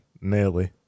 nearly